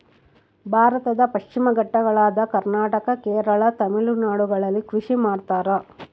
ಭಾರತದ ಪಶ್ಚಿಮ ಘಟ್ಟಗಳಾದ ಕರ್ನಾಟಕ, ಕೇರಳ, ತಮಿಳುನಾಡುಗಳಲ್ಲಿ ಕೃಷಿ ಮಾಡ್ತಾರ?